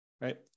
right